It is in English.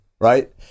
right